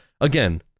again